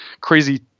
crazy